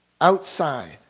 outside